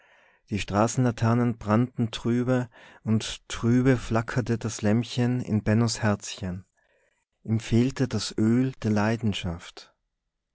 die straßenlaternen brannten trübe und trübe flackerte das lämpchen in bennos herzchen ihm fehlte das öl der leidenschaft